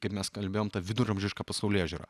kaip mes kalbėjom tą viduramžišką pasaulėžiūrą